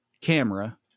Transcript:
camera